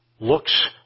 looks